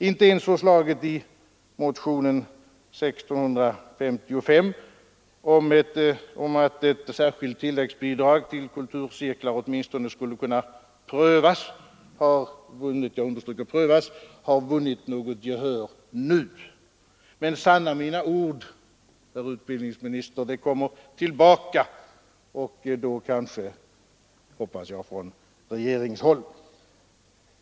Inte ens förslaget i motionen 1655 om att ett särskilt tilläggsbidrag till kulturcirklarna åtminstone skulle kunna prövas har vunnit något gehör nu. Men sanna mina ord, herr utbildningsminister, det kommer tillbaka — och då kanske, hoppas jag, från regeringshåll.